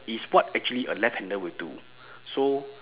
it's what actually a left hander would do so